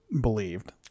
believed